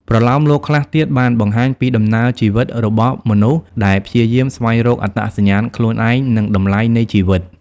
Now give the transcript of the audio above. ប្រលោមលោកខ្លះទៀតបានបង្ហាញពីដំណើរជីវិតរបស់មនុស្សដែលព្យាយាមស្វែងរកអត្តសញ្ញាណខ្លួនឯង និងតម្លៃនៃជីវិត។